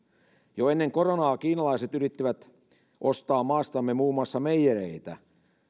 jo ennen koronaa kiinalaiset yrittivät ostaa maastamme muun muassa meijereitä